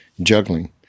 juggling